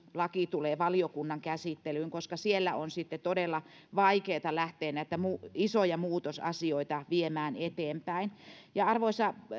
laki tulee valiokunnan käsittelyyn koska siellä on sitten todella vaikeata lähteä näitä isoja muutosasioita viemään eteenpäin arvoisa